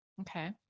okay